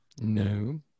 no